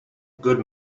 good